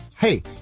Hey